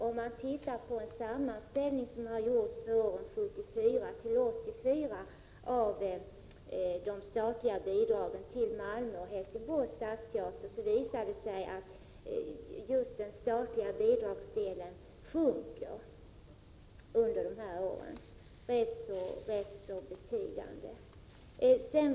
Om man ser på en sammanställning som har gjorts av bidragen till Malmö och Helsingborgs stadsteater för åren 1974-1984 visar det sig att just den statliga bidragsdelen har sjunkit rätt betydligt under dessa år.